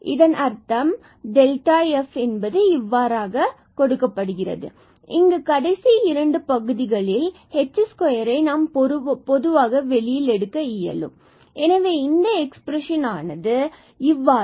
இதன் அர்த்தம் f12rhrks2 k2s2k2rt எனவே இங்கு கடைசி இரண்டு பகுதிகளில் நாம் இந்த k2ஐ பொதுவாக எடுக்க இயலும் f12rhrks2k2 எனவே இந்த எக்ஸ்பிரஷன் ஆனது f12rhrks2k2